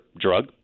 drug